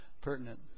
pertinent